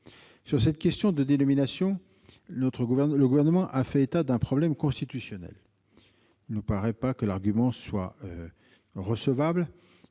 Sur cette question de dénomination, le Gouvernement a fait état d'un problème constitutionnel. Il ne paraît pas que l'argument soit recevable,